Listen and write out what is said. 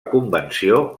convenció